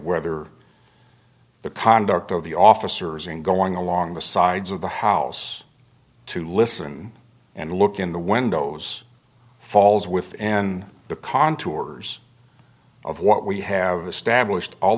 whether the conduct of the officers in going along the sides of the house to listen and look in the windows falls within the contours of what we have established all